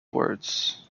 words